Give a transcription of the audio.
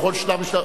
בכל שלב ושלב.